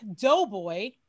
Doughboy